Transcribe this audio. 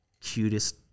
cutest